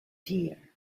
here